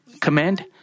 command